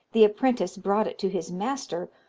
the apprentice brought it to his master,